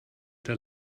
der